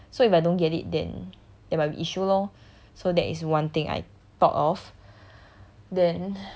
but I haven't get it so if I don't get it then there might be issue lor so that is one thing I thought of